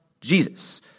Jesus